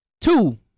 two